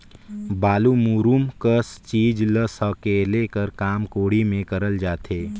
बालू, मूरूम कस चीज ल सकेले कर काम कोड़ी मे करल जाथे